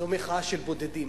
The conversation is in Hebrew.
זו מחאה של בודדים.